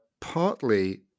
partly